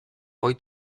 poi